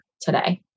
today